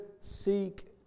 seek